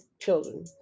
children